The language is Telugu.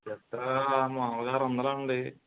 జత మామూలుగా ఆరు వందలు అండి